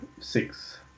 six